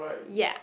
yup